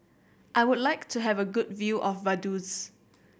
I would like to have a good view of Vaduz